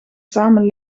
samen